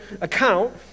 account